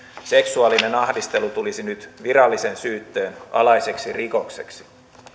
seksuaalinen ahdistelu tulisi nyt virallisen syytteen alaiseksi rikokseksi